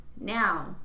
Now